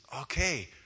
okay